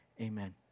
amen